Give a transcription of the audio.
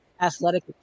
athletic